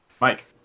Mike